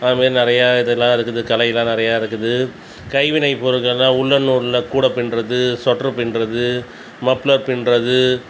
அதுமாரி நிறையா இதெலாம் இருக்குது கலைலாம் நிறையா இருக்குது கைவினை பொருட்கள்னா உல்ளன் நூலில் கூட பின்னுறது சொட்ரு பின்னுறது மப்ளர் பின்னுறது